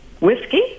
Whiskey